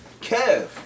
Kev